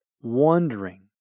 wondering